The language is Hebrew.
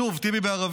שוב, טיבי בערבית.